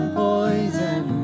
poison